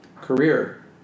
career